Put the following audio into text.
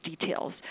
details